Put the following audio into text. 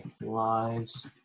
lives